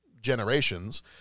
generations